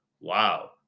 Wow